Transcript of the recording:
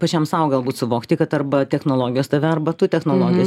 pačiam sau galbūt suvokti kad arba technologijos tave arba tu technologijas